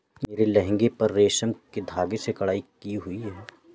मेरे लहंगे पर रेशम के धागे से कढ़ाई की हुई है